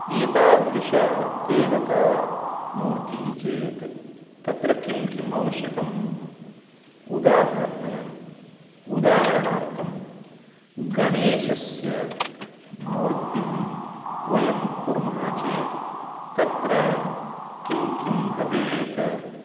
एतादृशदेवता मूर्तिः चेत् तत्र किं किम् आवश्यकम् उदाहरणे उदाहरणार्थं गणेशस्य मूर्तिं वयं कुर्मः चेत् तत्र किं किं भवेत्